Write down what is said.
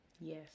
Yes